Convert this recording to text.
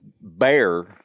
bear